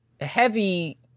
Heavy